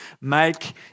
make